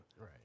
Right